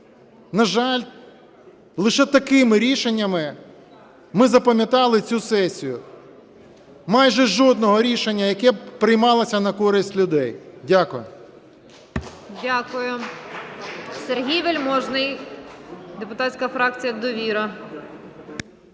На жаль, лише такими рішеннями ми запам'ятали цю сесію. Майже жодного рішення, яке б приймалося на користь людей. Дякую.